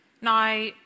Now